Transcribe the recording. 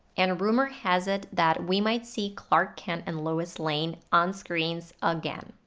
and rumor has it that we might see clark kent and lois lane on screens again.